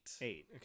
Eight